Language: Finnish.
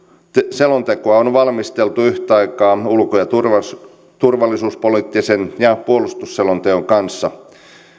selontekoa on valmisteltu yhtä aikaa ulko ja turvallisuuspoliittisen ja puolustusselonteon kanssa